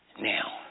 now